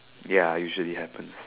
ya usually happens